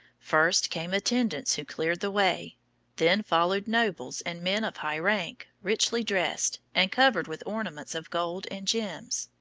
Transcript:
first came attendants who cleared the way then followed nobles and men of high rank, richly dressed, and covered with ornaments of gold and gems.